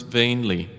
vainly